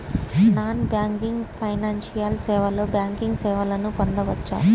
Non banking financial సేవలో banking సేవలను పొందవచ్చా?